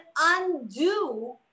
undo